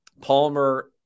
Palmer